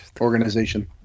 organization